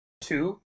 Two